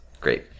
Great